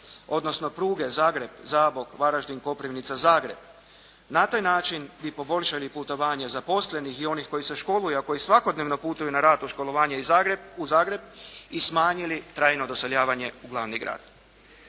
odnosno pruge Zagreb-Zabok-Varaždin-Koprivnica-Zagreb. Na taj način bi poboljšali putovanje zaposlenih i onih koji se školuju a koji svakodnevno putuju na rad i školovanje u Zagreb i smanjili trajno doseljavanje u glavni grad.